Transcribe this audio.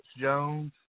Jones